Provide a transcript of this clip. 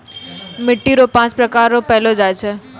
मिट्टी रो पाँच प्रकार रो पैलो जाय छै